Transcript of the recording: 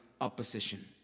opposition